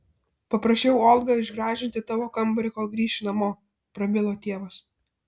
paprašiau olgą išgražinti tavo kambarį kol grįši namo prabilo tėvas